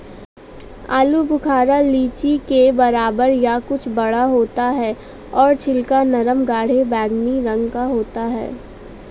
आलू बुखारा लीची के बराबर या कुछ बड़ा होता है और छिलका नरम गाढ़े बैंगनी रंग का होता है